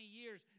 years